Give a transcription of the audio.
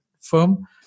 firm